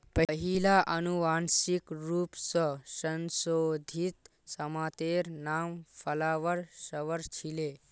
पहिला अनुवांशिक रूप स संशोधित तमातेर नाम फ्लावर सवर छीले